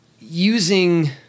using